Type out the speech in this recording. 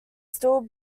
still